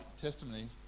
testimony